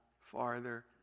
farther